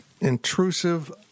intrusive